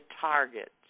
targets